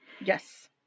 Yes